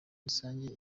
rusange